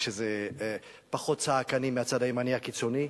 כשזה פחות צעקני מהצד הימני הקיצוני.